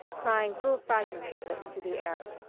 crying little fragments of it into the air.